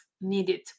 needed